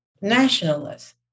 nationalists